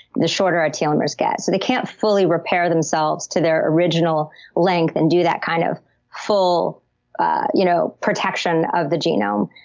the shorter our telomeres get. so they can't fully repair themselves to their original length, and do that kind of full ah you know protection of the genome.